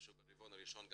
ברבעון הראשון,